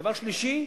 דבר שלישי,